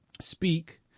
Speak